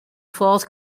fourth